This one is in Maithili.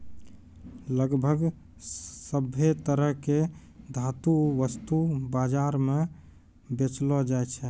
लगभग सभ्भे तरह के धातु वस्तु बाजार म बेचलो जाय छै